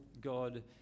God